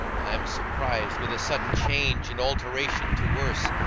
i am surprised with a sudden change, and alteration to worse,